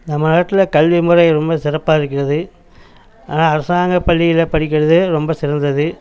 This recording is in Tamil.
நம்ம நாட்டில் கல்விமுறை ரொம்ப சிறப்பாக இருக்கிறது ஆனால் அரசாங்க பள்ளியில் படிக்கிறது ரொம்ப சிறந்தது